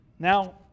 Now